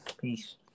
Peace